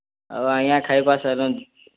ଆଉ ଆଜ୍ଞା ଖାଇବା